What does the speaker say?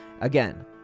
again